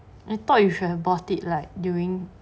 I thought you should have bought it like during